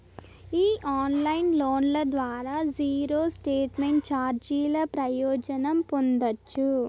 ఈ ఆన్లైన్ లోన్ల ద్వారా జీరో స్టేట్మెంట్ చార్జీల ప్రయోజనం పొందచ్చు